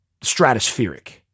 stratospheric